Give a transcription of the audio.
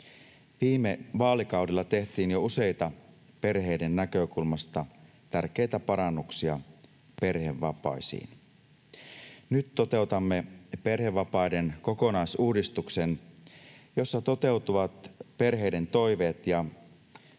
Viime vaalikaudella tehtiin jo useita perheiden näkökulmasta tärkeitä parannuksia perhevapaisiin. Nyt toteutamme perhevapaiden kokonaisuudistuksen, jossa toteutuvat perheiden toiveet ja